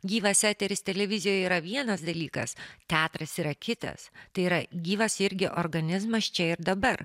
gyvas eteris televizijoje yra vienas dalykas teatras yra kitas tai yra gyvas irgi organizmas čia ir dabar